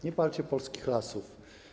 Nie palcie polskich lasów.